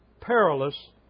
perilous